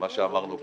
ממה שאמרנו קודם.